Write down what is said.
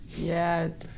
Yes